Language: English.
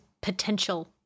potential